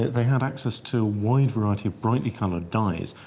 they have access to wide variety of brightly coloured dyes,